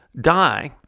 die